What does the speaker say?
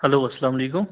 hello السلام علیکُم